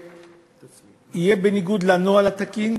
שיהיה בניגוד לנוהל התקין,